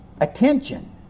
attention